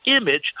image